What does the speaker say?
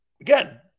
again